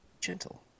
Gentle